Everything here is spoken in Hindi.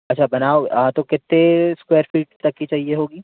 अच्छा बनाओगे आ तो कितने स्क्वेयर फ़ीट तक की चाहिये होगी